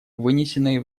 вынесенные